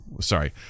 sorry